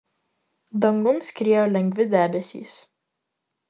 dangum skriejo lengvi debesys